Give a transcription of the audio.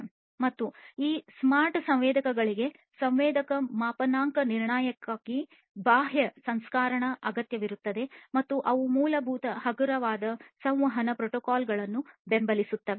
ಮತ್ತು ಈ ಸ್ಮಾರ್ಟ್ ಸಂವೇದಕಗಳಿಗೆ ಸಂವೇದಕ ಮಾಪನಾಂಕ ನಿರ್ಣಯಕ್ಕಾಗಿ ಬಾಹ್ಯ ಸಂಸ್ಕಾರಕ ಅಗತ್ಯವಿರುತ್ತದೆ ಮತ್ತು ಅವು ಮೂಲಭೂತ ಹಗುರವಾದ ಸಂವಹನ ಪ್ರೋಟೋಕಾಲ್ಗಳನ್ನು ಬೆಂಬಲಿಸುತ್ತವೆ